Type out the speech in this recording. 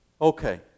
Okay